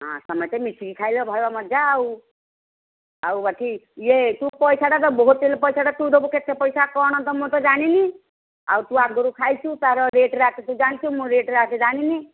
ହଁ ସମସ୍ତେ ମିଶିକି ଖାଇଲେ ଭଲ ମଜା ଆଉ ଆଉ ବାକି ୟେ ତୁ ପଇସାଟା ହୋଟେଲ୍ ପଇସାଟା ତୁ ଦେବୁ କେତେ ପଇସା ତ କ'ଣ ମୁଁ ଜାଣିନି ଆଉ ତୁ ଆଗରୁ ଖାଇଛୁ ତା'ର ରେଟ୍ ରାଟ୍ ତୁ ଜାଣିଛୁ ମୁଁ ରେଟ୍ ରାଟ୍ ଜାଣିନି